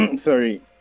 sorry